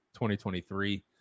2023